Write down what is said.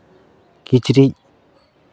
ᱠᱤᱪᱨᱤᱡ